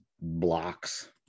blocks